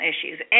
issues